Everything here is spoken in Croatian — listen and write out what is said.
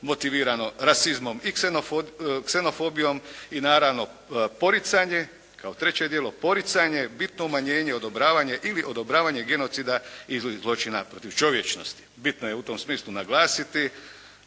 motivirano rasizmom i ksenofobijom. I naravno poricanje, kao treće djelo poricanje, bitno umanjenje, odobravanje ili odobravanje genocida …/Govornik se ne razumije./… zločina protiv čovječnosti. Bitno je u tom smislu naglasiti